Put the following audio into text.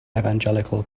evangelical